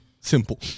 Simple